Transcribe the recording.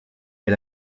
est